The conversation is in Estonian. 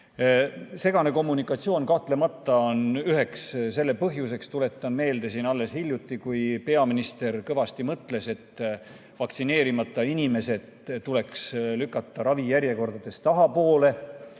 Segane kommunikatsioon kahtlemata on üks selle põhjuseid. Tuletan meelde, et alles hiljuti peaminister mõtles siin kõvasti ja pakkus, et vaktsineerimata inimesed tuleks lükata ravijärjekordades tahapoole.